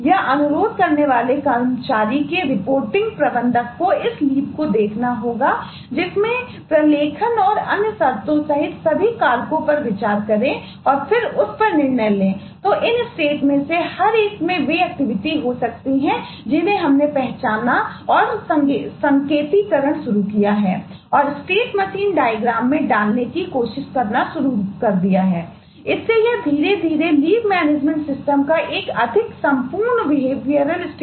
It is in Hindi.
या अनुरोध करने वाले कर्मचारी के रिपोर्टिंग प्रबंधक को इस लीवबन जाएंगे